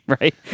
right